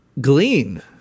Glean